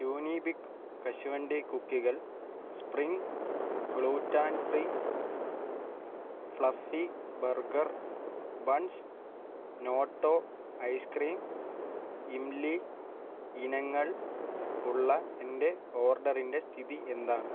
യൂനിബിക്ക് കശുവണ്ടി കുക്കികൾ spring gluten free fluffy burger buns നോട്ടോ ഐസ്ക്രീം ഇംലി ഇനങ്ങൾ ഉള്ള എന്റെ ഓർഡറിന്റെ സ്ഥിതി എന്താണ്